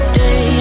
day